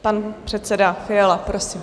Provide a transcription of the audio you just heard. Pan předseda Fiala, prosím.